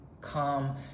calm